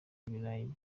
ibirayi